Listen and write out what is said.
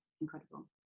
incredible